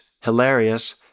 hilarious